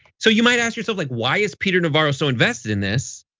so you might ask yourself like, why is peter navarro so invested in this?